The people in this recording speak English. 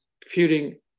computing